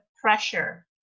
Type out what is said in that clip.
pressure